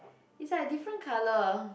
it's like a different colour